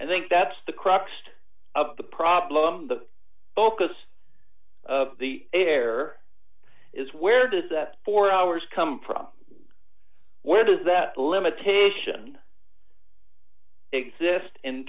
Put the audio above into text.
i think that's the crux of the problem the focus of the air is where does that four hours come from where does that limitation exist in